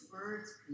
words